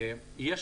בנוסף,